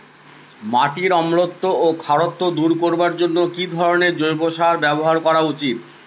মাটির অম্লত্ব ও খারত্ব দূর করবার জন্য কি ধরণের জৈব সার ব্যাবহার করা উচিৎ?